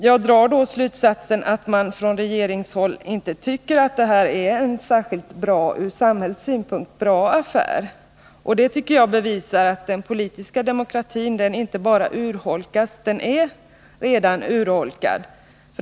Jag drar då slutsatsen att man från regeringshåll inte tycker detta är en från samhällets synpunkt särskilt bra affär. Det tycker jag bevisar att den politiska demokratin inte bara urholkas, den är redan urholkad.